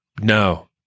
No